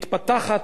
מתפתחת,